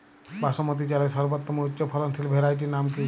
বাসমতী চালের সর্বোত্তম উচ্চ ফলনশীল ভ্যারাইটির নাম কি?